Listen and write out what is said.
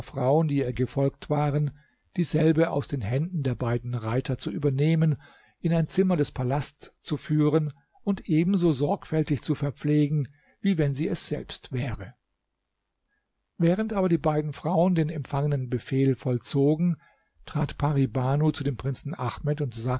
frauen die ihr gefolgt waren dieselbe aus den händen der beiden reiter zu übernehmen in ein zimmer des palasts zu führen und ebenso sorgfältig zu verpflegen wie wenn sie es selbst wäre während aber die beiden frauen den empfangenen befehl vollzogen trat pari banu zu dem prinzen ahmed